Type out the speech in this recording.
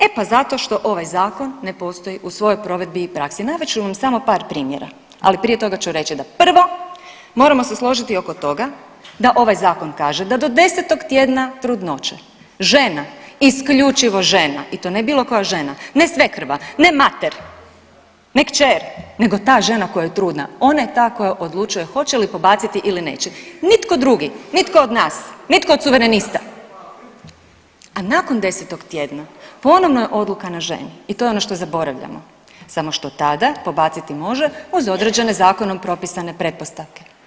E pa zato što ovaj zakon ne postoji u svojoj provedbi i praksi, navest ću vam samo par primjera, ali prije toga ću reći da prvo moramo se složiti oko toga da ovaj zakon kaže da do 10 tjedna trudnoće žena, isključivo žena i to ne bilo koja žena, ne svekrva, ne mater, ne kćer, nego ta žena koja je trudna ona je ta koja odlučuje hoće li pobaciti ili neće, nitko drugi, nitko od nas, nitko od suverenista, a nakon 10 tjedna ponovno je odluka na ženi i to je ono što zaboravljamo samo što tada pobaciti može uz određene zakonom propisane pretpostavke.